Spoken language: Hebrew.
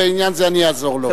בעניין זה אני אעזור לו.